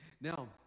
Now